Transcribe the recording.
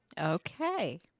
Okay